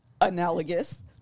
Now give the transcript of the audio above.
analogous